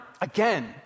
Again